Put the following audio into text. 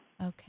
Okay